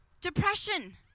Depression